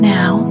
Now